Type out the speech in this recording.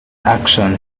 action